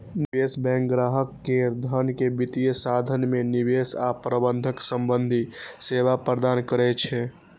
निवेश बैंक ग्राहक केर धन के वित्तीय साधन मे निवेश आ प्रबंधन संबंधी सेवा प्रदान करै छै